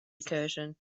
recursion